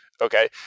Okay